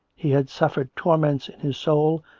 he had suffered torments in his soul,